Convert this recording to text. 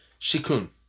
Shikun